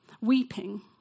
weeping